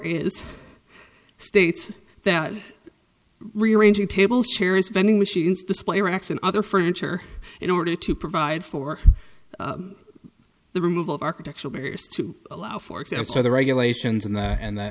is states that rearranging tables chairs vending machines display racks and other furniture in order to provide for the removal of architectural barriers to allow for exams so the regulations and the and the